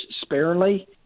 sparingly